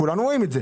כולנו רואים את זה.